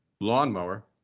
lawnmower